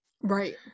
right